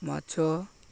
ମାଛ